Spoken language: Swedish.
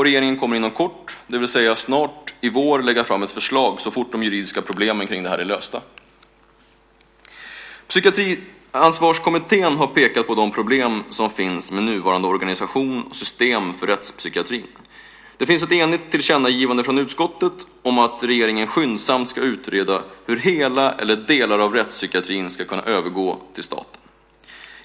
Regeringen kommer inom kort, snart i vår, så fort de juridiska problemen är lösta, att lägga fram ett förslag. Psykansvarskommittén har pekat på de problem som finns med nuvarande organisation, system, för rättspsykiatrin. Det finns ett enigt tillkännagivande från utskottet om att regeringen skyndsamt ska utreda hur hela eller delar av rättspsykiatrin ska kunna övergå till staten.